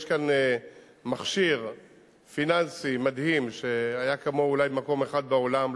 יש כאן מכשיר פיננסי מדהים שהיה כמוהו אולי במקום אחד בעולם,